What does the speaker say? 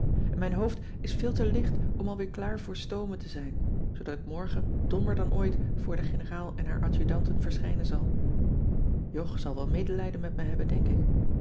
mijn hoofd is veel te licht om al weer klaar voor stoomen te zijn zoodat ik morgen dommer dan ooit voor de generaal en haar adjudanten verschijnen zal jog zal wel medelijden met me hebben denk ik